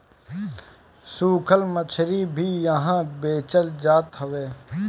सुखल मछरी भी इहा बेचल जात हवे